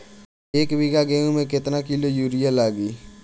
एक बीगहा गेहूं में केतना किलो युरिया लागी?